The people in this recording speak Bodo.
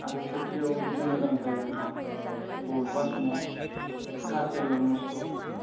आरो खोथियायाव जुदि मोजां जायोब्ला बबेबा समाव खासियायाव नस्थ'